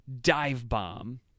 dive-bomb